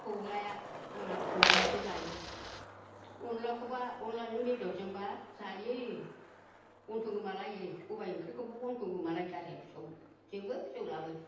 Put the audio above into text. फिसौलाया आंना फिसौजोआसो जायो अनलाखौबा अनलाजों बेदरजोंबा जायो गन्थं गोमालायो सबाइ ओंख्रिखौबो गन्थं गोमालायथारो फिसौजोबो फिसौलाबो